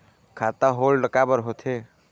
खाता होल्ड काबर होथे?